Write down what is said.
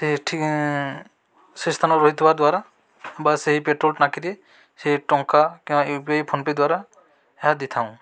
ସେ ଠିକ୍ ସେ ସ୍ଥାନ ରହିଥିବା ଦ୍ୱାରା ବା ସେହି ପେଟ୍ରୋଲ୍ ଟାଙ୍କିରେ ସେ ଟଙ୍କା କିମ୍ବା ୟୁ ପି ଆଇ ଫୋନ୍ପେ ଦ୍ୱାରା ଏହା ଦେଇଥାଉଁ